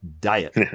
diet